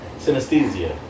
Synesthesia